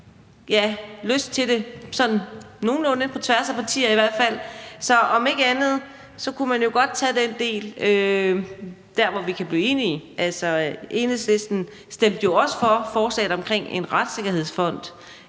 er lyst til det sådan nogenlunde på tværs af partier. Så om ikke andet kunne man jo godt tage den del, hvor vi kan blive enige. Enhedslisten stemte jo også i Folketingssalen for forslaget om en retssikkerhedsfond.